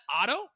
auto